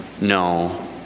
no